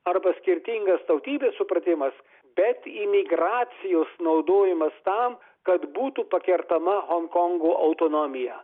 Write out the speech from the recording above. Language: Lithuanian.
arba skirtingas tautybės supratimas bet imigracijos naudojimas tam kad būtų pakertama honkongo autonomija